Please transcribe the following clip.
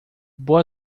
boa